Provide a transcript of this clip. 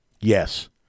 Yes